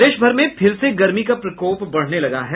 प्रदेश में फिर से गर्मी का प्रकोप बढ़ने लगा है